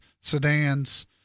sedans